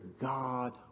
God